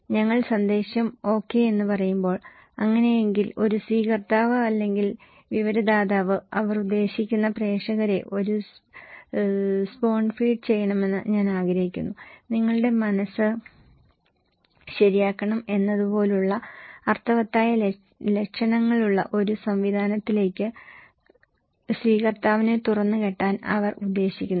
ഞങ്ങൾ സന്ദേശം ഓകെ എന്ന് പറയുമ്പോൾ അങ്ങനെയെങ്കിൽ ഒരു സ്വീകർത്താവ് അല്ലെങ്കിൽ വിവരദാതാവ് അവർ ഉദ്ദേശിക്കുന്ന പ്രേക്ഷകരെ ഒരു സ്പൂൺ ഫീഡ് ചെയ്യണമെന്ന് ഞാൻ ആഗ്രഹിക്കുന്നു നിങ്ങളുടെ മനസ്സ് ശരിയാക്കണം എന്നതുപോലുള്ള അർത്ഥവത്തായ ലക്ഷണങ്ങളുള്ള ഒരു സംവിധാനത്തിലേക്ക് സ്വീകർത്താവിനെ തുറന്നുകാട്ടാൻ അവർ ഉദ്ദേശിക്കുന്നു